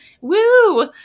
Woo